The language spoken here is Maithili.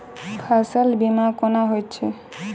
फसल बीमा कोना होइत छै?